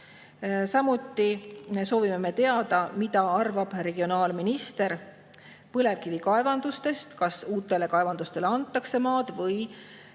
Soovime veel teada, mida arvab regionaalminister põlevkivikaevandustest. Kas uutele kaevandustele antakse maad või